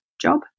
job